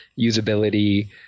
usability